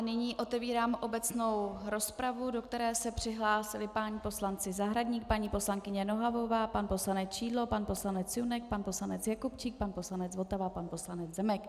Nyní otevírám obecnou rozpravu, do které se přihlásili pan poslanec Zahradník, paní poslankyně Nohavová, pan poslanec Šidlo, pan poslanec Junek, pan poslanec Jakubčík, pan poslanec Votava a pan poslanec Zemek.